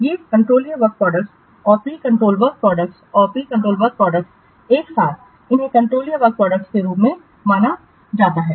ये कंट्रोलीय work products और प्रिं कंट्रोल्ड वर्क प्रोडक्टस और प्रिं कंट्रोल्ड वर्क प्रोडक्टस एक साथ इन्हें कंट्रोलीय वर्क प्रोडक्टसों के रूप में जाना जाता है